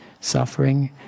suffering